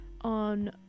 on